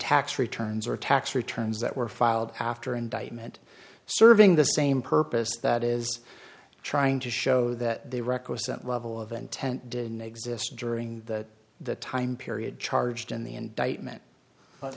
tax returns or tax returns that were filed after indictment serving the same purpose that is trying to show that the requisite level of intent didn't exist during the time period charged in the indictment but